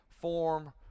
form